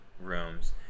rooms